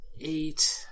eight